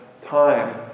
time